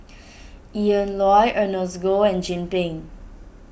Ian Loy Ernest Goh and Chin Peng